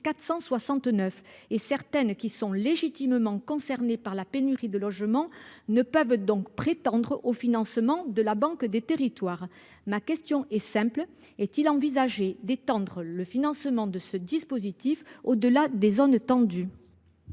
469. Certaines, qui sont légitimement concernées par la pénurie de logements, ne peuvent donc pas prétendre au financement de la Banque des Territoires. Ma question est simple : est il envisagé d’étendre le financement de ce dispositif au delà des zones tendues ?